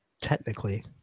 Technically